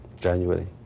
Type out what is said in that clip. January